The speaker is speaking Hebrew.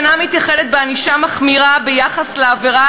"אינה מתייחדת בענישה מחמירה ביחס לעבירה